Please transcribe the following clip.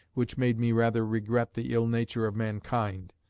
which made me rather regret the ill nature of mankind,